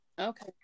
Okay